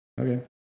Okay